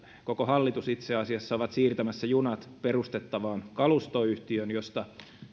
koko hallitus itse asiassa ovat siirtämässä junat perustettavaan kalustoyhtiöön josta